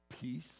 Peace